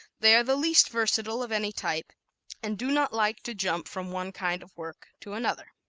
they are the least versatile of any type and do not like to jump from one kind of work to another.